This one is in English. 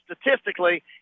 statistically